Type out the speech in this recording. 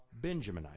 Benjaminite